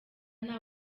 nta